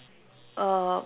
uh